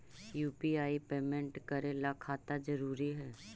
UPI payment करे ला खाता जरूरी है?